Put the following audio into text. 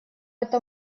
это